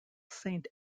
saint